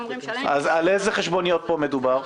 אמורים לשלם --- אז על אלו חשבוניות מדובר פה?